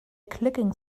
clicking